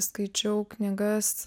skaičiau knygas